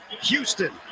Houston